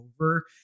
over